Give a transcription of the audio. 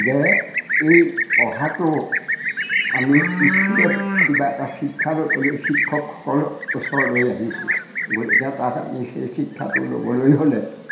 যে এই পঢ়াটো আমি স্কুলত কিবা এটা শিক্ষা ল'বলৈ শিক্ষকসকলৰ ওচৰলৈ আহিছোঁ গতিকে তাত আমি সেই শিক্ষাটো ল'বলৈ হ'লে